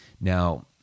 now